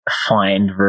find